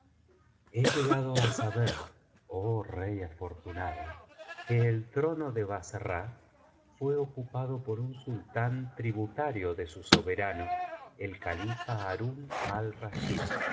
pie llegado á saber oh rey afortunado que el trono de bassra fué ocupado por un sultán tributario de su soberano el califa harún